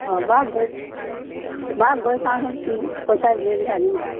বাৰু গৈ চাওঁচোন কি পইচা জোৰে যদি আনিম আৰু